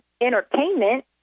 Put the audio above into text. entertainment